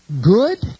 good